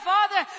Father